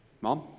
Mom